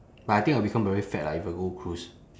but I think I will become very fat lah if I go cruise